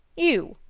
you.